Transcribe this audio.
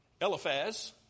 Eliphaz